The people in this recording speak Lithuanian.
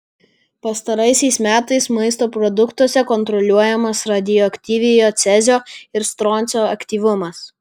pastaraisiais metais maisto produktuose kontroliuojamas radioaktyviojo cezio ir stroncio aktyvumas